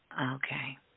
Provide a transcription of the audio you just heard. Okay